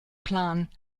plan